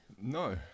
No